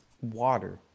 water